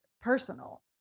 personal